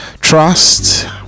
trust